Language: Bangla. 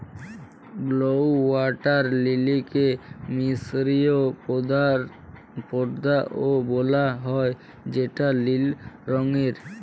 ব্লউ ওয়াটার লিলিকে মিসরীয় পদ্দা ও বলা হ্যয় যেটা লিল রঙের